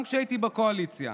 גם כשהייתי בקואליציה,